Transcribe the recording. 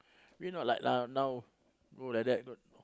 we not like la~ now go like that